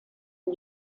new